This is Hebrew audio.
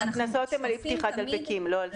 הקנסות הם על אי-פתיחת דלפקים, לא על זה.